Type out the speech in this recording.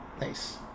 nice